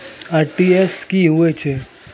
RTGS की होय छै?